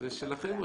לכם,